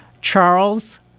Charles